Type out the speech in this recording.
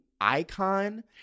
Icon